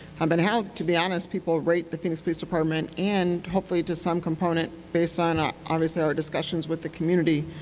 um and how to be honest people rate the phoenix police department and hopefully to some component based on ah honestly our discussions with the community,